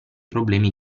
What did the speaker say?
problemi